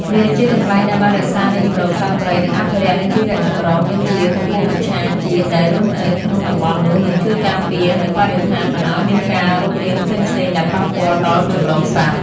វាជាកន្លែងដែលបានរក្សានៅជម្រកសត្វព្រៃនិងអភិរក្សនៅជីវៈចម្រុះដូចជាពពួកមច្ឆាជាតិដែលរស់នៅក្នុងតំបន់នោះនិងជួយការពារនៅបរិស្ថានមិនឲ្យមានការរុករានផ្សេងៗដែលប៉ះពាល់ដល់ជម្រកសត្វ។